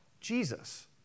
Jesus